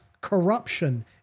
corruption